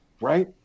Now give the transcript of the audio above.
right